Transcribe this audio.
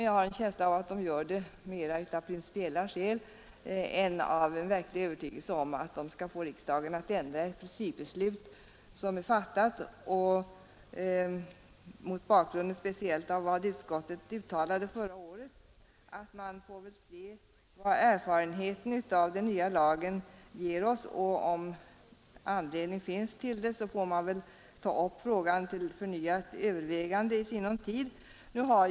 Jag har en känsla av att de gör det mera av principiella skäl än av verklig övertygelse om att de skall få riksdagen att ändra ett principbeslut. Mot bakgrunden speciellt av vad utskottet uttalade förra året, att man får se vad erfarenheten av den nya lagen ger oss, får vi väl ta upp frågan till förnyat övervägande i sinom tid, om anledning därtill finns.